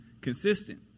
consistent